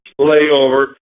layover